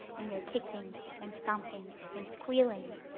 and you're kicking, and stomping, and squealing,